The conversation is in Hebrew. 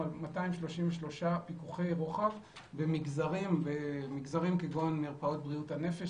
233 פיקוחי רוחב במגזרים כמו מרפאות בריאות הנפש.